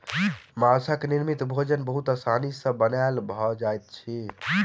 माँछक निर्मित भोजन बहुत आसानी सॅ बनायल भ जाइत अछि